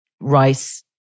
rice